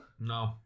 no